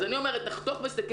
אז אני אומרת: נחתוך בסכין,